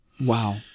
wow